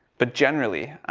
but generally,